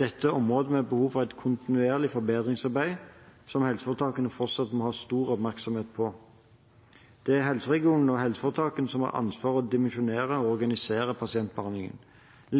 Dette er områder med behov for kontinuerlig forbedringsarbeid som helseforetakene fortsatt må ha stor oppmerksomhet på. Det er de regionale helseregionene og helseforetakene som har ansvar for å dimensjonere og organisere pasientbehandlingen.